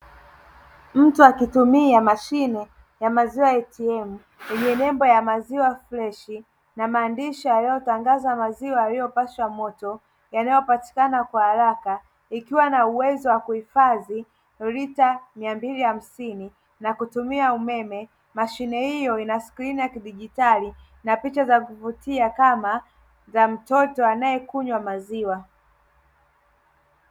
Mtu akitumia mashine ya maziwa "ATM" yenye nembo ya maziwa freshi na maandishi yaliotangaza maziwa yaliyo pashwa moto yanayo patikana kwa haraka likiwa na uwezo wa kuhifazi lita 250 na kutumia umeme. Mashine hio ina skrini ya kidigitali na picha za kuvutia kama za mtoto anaekunywa maziwa.